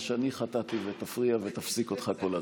שאני חטאתי ותפריע ותפסיק אותך כל הזמן.